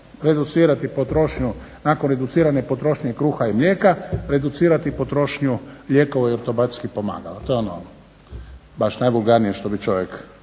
reducirati potrošnju i nakon reducirane potrošnje kruha i mlijeka reducirati potrošnju lijekova i ortopedskih pomagala? To je ono baš najvulgarnije što bi čovjek